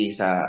sa